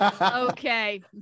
Okay